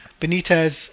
Benitez